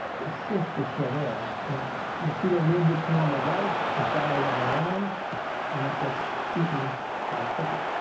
their cysts are still there and that mosquito lives its normal life, it dies on land and it gets eaten by a cricket.